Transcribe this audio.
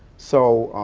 so,